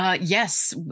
Yes